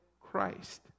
Christ